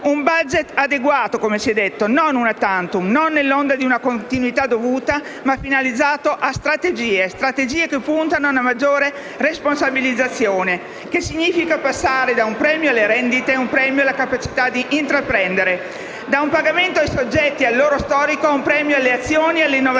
un *budget* adeguato, come si è detto, non *una tantum*, non nell'onda di una continuità dovuta, ma finalizzato a strategie che puntano ad una maggiore responsabilizzazione, che significa passare da un premio alle rendite ad un premio alla capacità di intraprendere, da un pagamento ai soggetti e al loro "storico", ad un premio alle azioni e alle innovazioni.